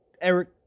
Eric